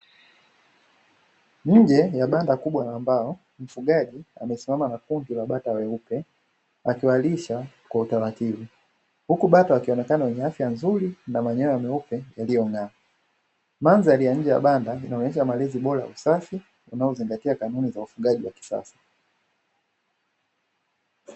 Nje ya banda kubwa la mbao, mfugaji amesimama na kundi la bata weupe akiwalisha kwa utaratibu, huku bata wakionekana ni wenye afya nzuri na manyoya meupe yanyong'aa; mandhari ya nje ya banda linaonyesha malezi bora na safi unaozingatia kanuni za ufugaji wa kisasa.